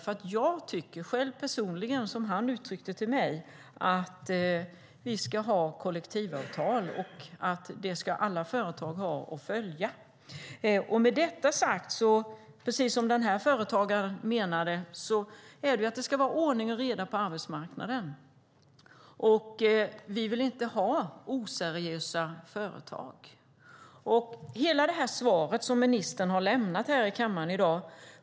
För jag tycker själv, personligen, att vi ska ha kollektivavtal och att alla företag ska ha det och följa det. Den här företagaren menade att det ska vara ordning och reda på arbetsmarknaden. Och vi vill inte ha oseriösa företag. Ministern har lämnat ett svar i kammaren i dag.